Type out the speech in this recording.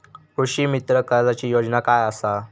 कृषीमित्र कर्जाची योजना काय असा?